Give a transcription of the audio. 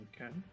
Okay